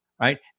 right